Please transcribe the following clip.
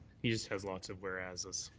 he just had lots of whereases.